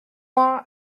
law